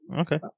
Okay